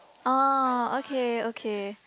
oh okay okay